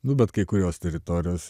nu bet kai kurios teritorijos